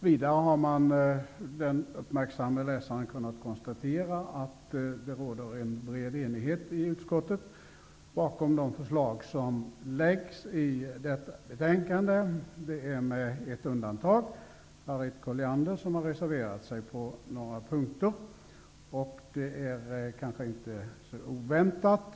Vidare har den uppmärksamme läsaren kunnat konstatera att det bakom de förslag som har lagts fram i detta betänkande råder en bred enighet i utskottet. Det gäller med ett undantag, nämligen Harriet Colliander som har reserverat sig på några punkter, vilket kanske inte är så oväntat.